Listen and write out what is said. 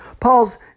Paul's